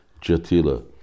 Jatila